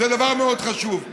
זה דבר מאוד חשוב,